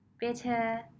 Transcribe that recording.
better